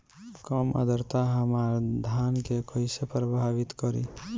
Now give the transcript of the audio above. कम आद्रता हमार धान के कइसे प्रभावित करी?